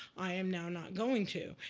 i am now not going to.